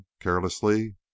carelessly